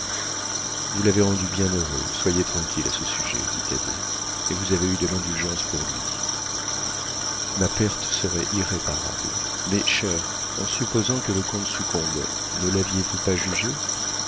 vous l'avez rendu bien heureux soyez tranquille à ce sujet dit thaddée et vous avez eu de l'indulgence pour lui ma perte serait irréparable mais chère en supposant que le comte succombe ne laviez vous pas jugé